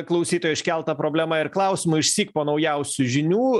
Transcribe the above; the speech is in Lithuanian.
klausytojo iškeltą problemą ir klausimą išsyk po naujausių žinių